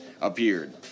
appeared